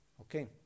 Okay